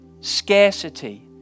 Scarcity